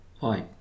Hi